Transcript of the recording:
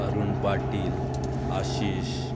Arun Patil Ashish